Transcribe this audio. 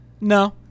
No